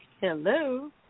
Hello